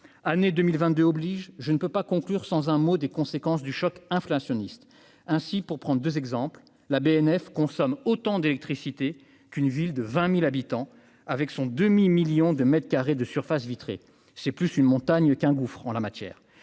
année 2022 oblige, je ne peux pas conclure sans un mot des conséquences du choc inflationniste ainsi pour prendre 2 exemples : la BNF consomme autant d'électricité qu'une ville de 20000 habitants avec son demi- 1000000 de mètres carrés de surface vitrée, c'est plus une montagne qu'un gouffre en la matière,